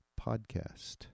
podcast